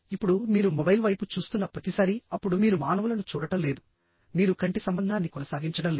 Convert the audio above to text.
ఇప్పుడు మీరు మొబైల్ వైపు చూస్తున్న ప్రతిసారీ అప్పుడు మీరు మానవులను చూడటం లేదు మీరు కంటి సంబంధాన్ని కొనసాగించడం లేదు